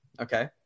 okay